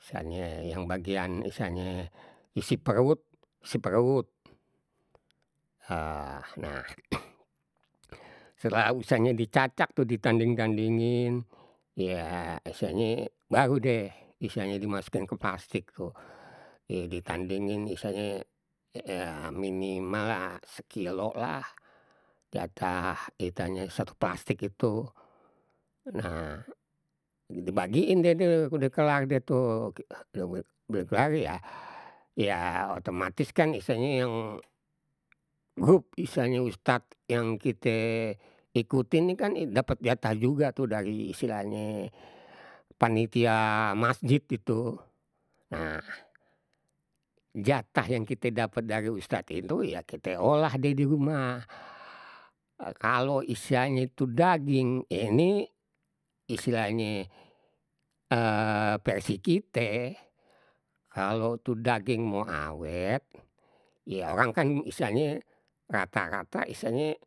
Istilahnya yang bagian istilahnya isi perut, isi perut nah setelah istilahnye dicacak tuh ditanding dandingin ya istilahnye baru deh istilahnye dimasukkan ke plastik tuh, ditandingin istilahnye ya minimal lah, se kilo lah jatah ituannye satu plastik itu nah dibagiin deh tu, udah kelar deh, tuh, udah kelar ya, ya otomatis kan istilahnye yang grup istilahnya ustad yang kite ikutin, ni kan dapat jatah juga dari istilahnye panitia masjid itu, nah jatah yang kita dapat dari ustad itu ya kite olah deh di rumah kalau, kalo istilahnya tu daging, ini istilahnye persi, kite, kalau tu daging mau awet ya orang kan istilahnye rata rata istilahnye